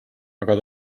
aga